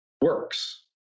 works